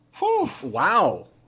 Wow